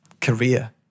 career